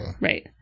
Right